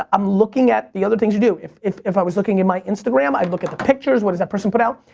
ah i'm looking at the other things you do. if if i was looking in my instagram, i'd look at the pictures. what does that person put out?